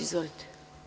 Izvolite.